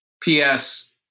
P-S